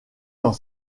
dans